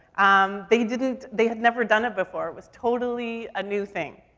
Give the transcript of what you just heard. um, they didn't, they had never done it before. it was totally a new thing.